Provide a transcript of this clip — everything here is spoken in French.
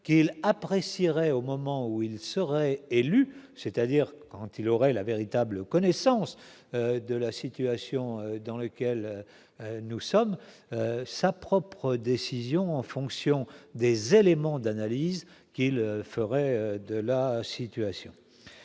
qu'il apprécierait au moment où il serait élu, c'est-à-dire quand il aurait la véritable connaissance de la situation dans laquelle nous sommes sa propre décision en fonction des éléments d'analyse qu'il ferait de la situation